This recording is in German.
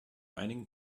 einigen